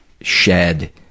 shed